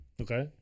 Okay